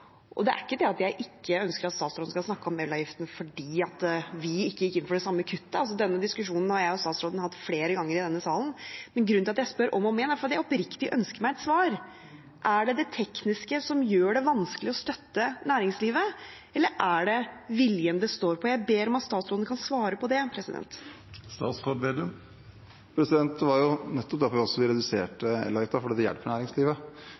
Det er ikke det at jeg ikke ønsker at statsråden skal snakke om elavgiften fordi vi ikke gikk inn for det samme kuttet. Denne diskusjonen har jeg og statsråden hatt flere ganger i denne salen. Grunnen til at jeg spør om og om igjen, er at jeg oppriktig ønsker meg et svar. Er det det tekniske som gjør det vanskelig å støtte næringslivet, eller er det viljen det står på? Jeg ber om at statsråden kan svare på det. Vi reduserte jo elavgiften nettopp fordi det hjelper næringslivet. Vi har tro på langsiktige løsninger som kan bidra, og derfor har vi